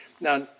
Now